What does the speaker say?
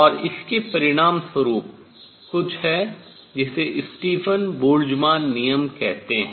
और इसके परिणामस्वरूप कुछ है जिसे स्टीफन बोल्ट्जमान नियम कहते हैं